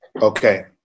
Okay